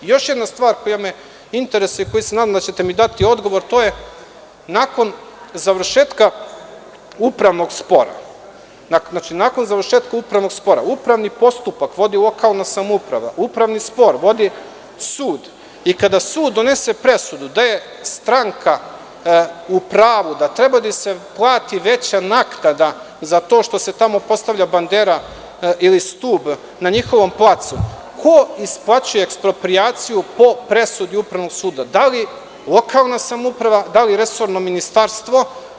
Još jedna stvar koja me interesuje i za koju se nadam da ćete mi dati odgovor, a to je da, nakon završetka upravnog spora, upravni postupak vodi lokalna samouprava, upravni spor vodi sud i kada sud donese presudu gde je stranka u pravu, da treba da se plati veća naknada za to što se tamo postavlja bandera ili stub na njihovom placu, ko isplaćuje eksproprijaciju po presudi upravnog suda, da li lokalna samouprava, da li resorno ministarstvo?